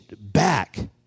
back